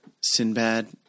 Sinbad